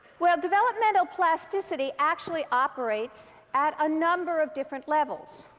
well, developmental plasticity actually operates at a number of different levels.